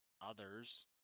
others